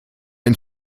ein